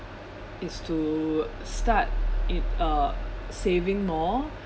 is to start uh saving more